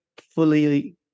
fully